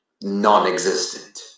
non-existent